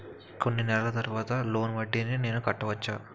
కొన్ని నెలల తర్వాత లోన్ వడ్డీని నేను కట్టవచ్చా?